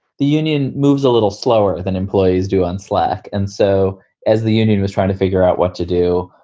the union moves a little slower than employees do on slack. and so as the union was trying to figure out what to do,